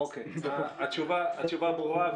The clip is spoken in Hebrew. יודע --- התשובה ברורה,